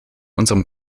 unserem